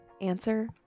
Answer